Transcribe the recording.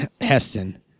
Heston